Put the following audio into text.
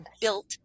built